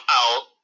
out